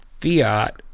fiat